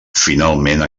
finalment